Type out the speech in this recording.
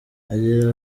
agira